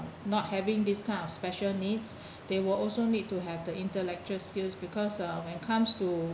not having this kind of special needs they will also need to have the intellectual skills because uh when it comes to